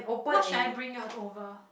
what should I bring out over